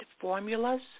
Formulas